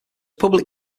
public